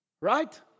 Right